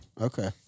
Okay